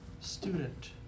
student